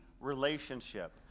relationship